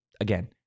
again